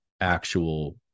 actual